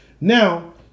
Now